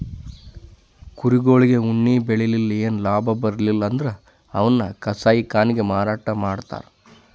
ಕುರಿಗೊಳಿಗ್ ಉಣ್ಣಿ ಬೆಳಿಲಿಲ್ಲ್ ಏನು ಲಾಭ ಬರ್ಲಿಲ್ಲ್ ಅಂದ್ರ ಅವನ್ನ್ ಕಸಾಯಿಖಾನೆಗ್ ಮಾರಾಟ್ ಮಾಡ್ತರ್